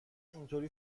اینطوری